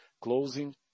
closing